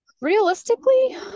Realistically